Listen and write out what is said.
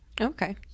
Okay